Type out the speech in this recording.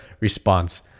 response